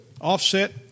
offset